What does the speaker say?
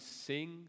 sing